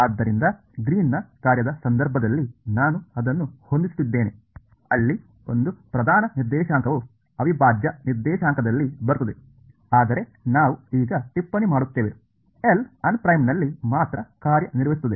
ಆದ್ದರಿಂದ ಗ್ರೀನ್ನ ಕಾರ್ಯದ ಸಂದರ್ಭದಲ್ಲಿ ನಾನು ಅದನ್ನು ಹೊಂದಿಸುತ್ತಿದ್ದೇನೆ ಅಲ್ಲಿ ಒಂದು ಪ್ರಧಾನ ನಿರ್ದೇಶಾಂಕವು ಅವಿಭಾಜ್ಯ ನಿರ್ದೇಶಾಂಕದಲ್ಲಿ ಬರುತ್ತದೆ ಆದರೆ ನಾವು ಈಗ ಟಿಪ್ಪಣಿ ಮಾಡುತ್ತೇವೆ L ಅನ್ಪ್ರೈಮ್ಡ್ನಲ್ಲಿ ಮಾತ್ರ ಕಾರ್ಯನಿರ್ವಹಿಸುತ್ತದೆ